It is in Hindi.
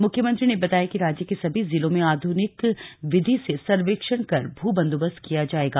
मुख्यमंत्री ने बताया कि राज्य के सभी ज़िलों में आधुनिक विधि से सर्वेक्षण कर भू बंदोबस्त किया जाएगा